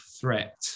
threat